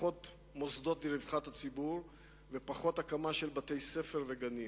פחות מוסדות לרווחת הציבור ופחות הקמה של בתי-ספר וגנים.